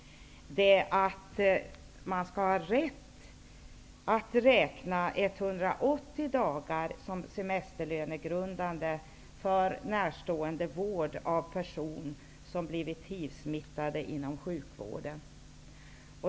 Det handlar alltså om att ha rätt att räkna 180 dagar som semesterlönegrundande vid närståendevård av person som blivit hiv-smittad inom sjukvården.